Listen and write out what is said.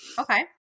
Okay